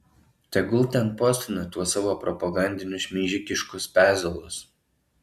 tegul ten postina tuos savo propagandinius šmeižikiškus pezalus